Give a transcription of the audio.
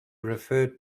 referred